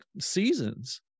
seasons